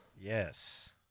Yes